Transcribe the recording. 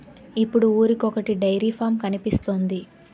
ఇప్పుడు ఊరికొకొటి dairy farm కనిపిస్తోంది